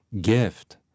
gift